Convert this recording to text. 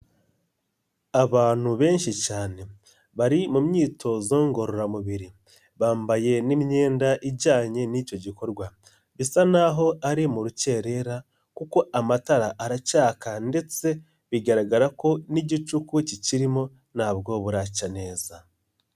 Abantu benshi cyane, bari mu myitozo ngororamubiri, bambaye n'imyenda ijyanye n'icyo gikorwa. Bisa n'aho ari mu rukerera kuko amatara aracayaka ndetse bigaragara ko n'igicuku kikirimo ntabwo buracya neza.